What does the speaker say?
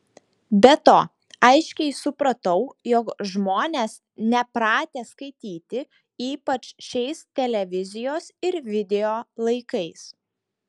be to aiškiai supratau jog žmonės nepratę skaityti ypač šiais televizijos ir video laikais